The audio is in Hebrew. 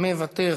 מוותר,